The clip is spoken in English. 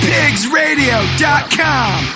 PigsRadio.com